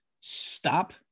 Stop